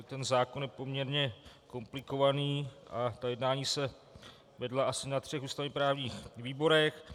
Ten zákon je poměrně komplikovaný a ta jednání se vedla asi na třech ústavněprávních výborech.